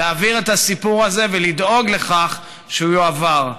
להעביר את הסיפור הזה ולדאוג לכך שהוא יועבר.